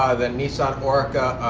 ah the nissan oreca,